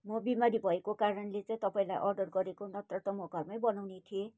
म बिमारी भएको कारणले चाहिँ तपाईँलाई अर्डर गरेको नत्र त म घरमै बनाउने थिएँ